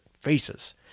faces